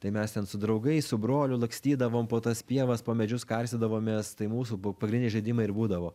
tai mes ten su draugais su broliu lakstydavom po tas pievas po medžius karstydavomės tai mūsų buvo pagrindiniai žaidimai ir būdavo